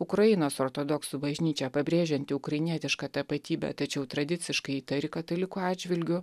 ukrainos ortodoksų bažnyčia pabrėžianti ukrainietišką tapatybę tačiau tradiciškai įtari katalikų atžvilgiu